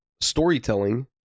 storytelling